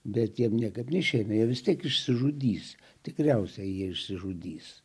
bet jiem niekaip neišeina jie vis tiek išsižudys tikriausiai jie išsižudys